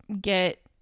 get